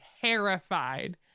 terrified